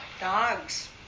Dogs